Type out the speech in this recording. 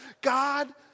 God